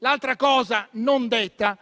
L'altra cosa non detta